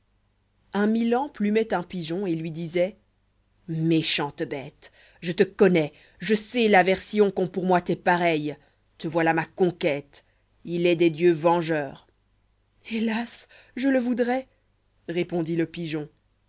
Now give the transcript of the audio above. tt milan plumoit un pigeon et lui disoit méchante bête je te connois je sais l'aversion qu'ont pour moi tes pareils te voilà ma conquête il est des dieux vengeurs hélas je le voudrais répondit le pigeon